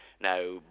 Now